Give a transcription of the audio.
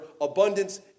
abundance